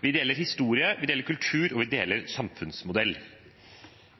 Vi deler historie, kultur og samfunnsmodell.